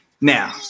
Now